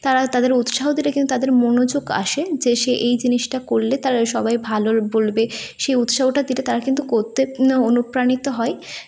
তারা তাদের উৎসাহ দিলে কিন্তু তাদের মনোযোগ আসে যে সে এই জিনিসটা করলে তারা সবাই ভালোর বলবে সে উৎসাহটা তেটা তারা কিন্তু করতে অনুপ্রাণিত হয়